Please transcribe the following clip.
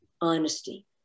honesty